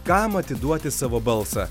kam atiduoti savo balsą